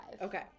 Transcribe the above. Okay